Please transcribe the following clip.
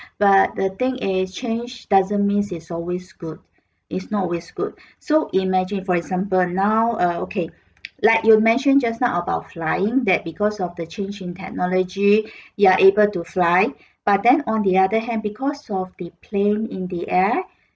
but the thing is change doesn't means it's always good is not always good so imagine for example now err okay like you mentioned just now about flying that because of the change in technology you're able to fly but then on the other hand because of the plane in the air